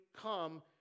come